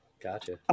Gotcha